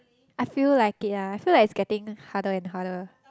I feel like it lah I feel like it's getting harder and harder